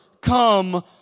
come